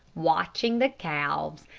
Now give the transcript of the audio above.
watching the calves,